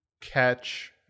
catch